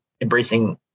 embracing